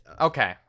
Okay